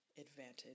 advantage